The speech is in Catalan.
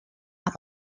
amb